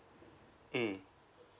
mm